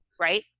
right